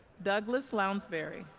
douglas lownsbery